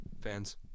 Fans